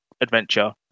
adventure